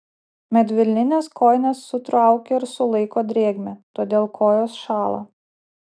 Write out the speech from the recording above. medvilninės kojinės sutraukia ir sulaiko drėgmę todėl kojos šąla